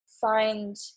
find